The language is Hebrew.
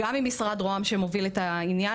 עם משרד ראש הממשלה שמוביל את העניין,